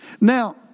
Now